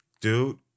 dude